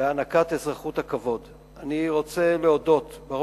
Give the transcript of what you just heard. הענקת אזרחות כבוד לחללי מלחמת הקוממיות